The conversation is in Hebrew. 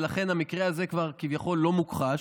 ולכן המקרה הזה כבר כביכול לא מוכחש,